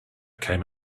came